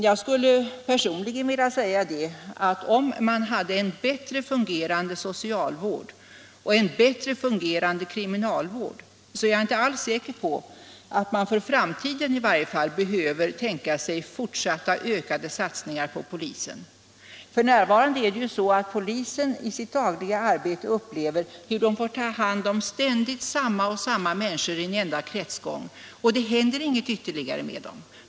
Jag skulle personligen vilja säga, att om man hade en bättre fungerande socialvård och kriminalvård är jag inte alls säker på att man för framtiden behöver tänka sig fortsatta ökade satsningar på polisen. F. n. får polisen i sitt dagliga arbete ta hand om ständigt samma människor i en enda kretsgång, och det händer inget ytterligare med dem.